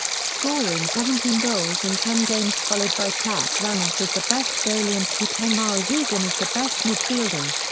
scoring seventeen goals in ten games followed by tats ramos as the best goalie and tuteng marasigan as the best midfielder.